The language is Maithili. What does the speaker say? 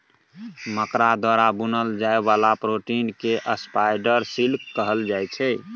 मकरा द्वारा बुनल जाइ बला प्रोटीन केँ स्पाइडर सिल्क कहल जाइ छै